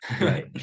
right